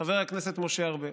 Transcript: חבר הכנסת משה ארבל.